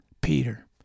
Peter